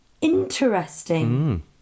Interesting